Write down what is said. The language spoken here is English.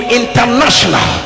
international